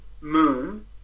Moon